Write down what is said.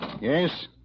Yes